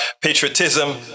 Patriotism